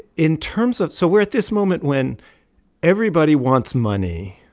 in terms of so we're at this moment when everybody wants money,